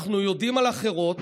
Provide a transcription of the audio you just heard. אנחנו יודעים על אחרות,